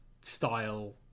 style